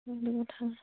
সেইটো কথা